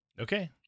Okay